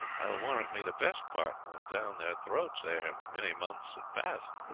i will warrant me the best part went down their throats ere many months had passed.